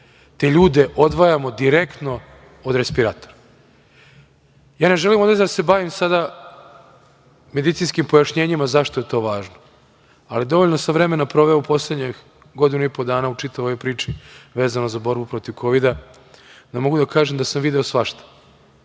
te ljude odvajamo direktno od respiratora. Ne želim ovde da se bavim sada medicinskim pojašnjenjima, zašto je to važno, ali dovoljno sam vremena proveo u poslednjih godinu i po dana u čitavoj ovoj priči vezano za borbu protiv kovida da mogu da kažem da sam video svašta.